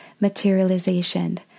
materialization